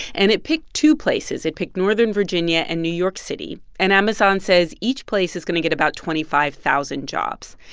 and it picked two places. it picked northern virginia and new york city. and amazon says each place is going to get about twenty five thousand jobs.